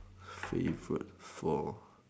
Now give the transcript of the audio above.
favorite four